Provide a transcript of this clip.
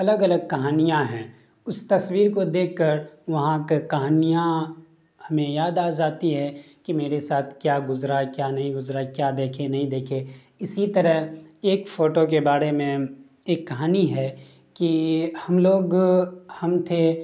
الگ الگ کہانیاں ہیں اس تصویر کو دیکھ کر وہاں کے کہانیاں ہمیں یاد آ جاتی ہے کہ میرے ساتھ کیا گزرا کیا نہیں گزرا کیا دیکھے نہیں دیکھے اسی طرح ایک فوٹو کے بارے میں ایک کہانی ہے کہ ہم لوگ ہم تھے